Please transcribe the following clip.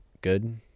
good